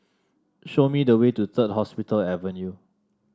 show me the way to Third Hospital Avenue